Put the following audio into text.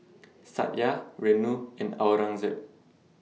Satya Renu and Aurangzeb